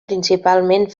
principalment